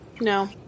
No